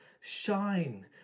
shine